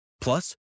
Plus